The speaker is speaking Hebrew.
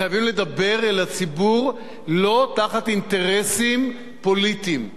חייבים לדבר אל הציבור לא תחת אינטרסים פוליטיים,